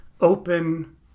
open